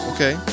Okay